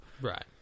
Right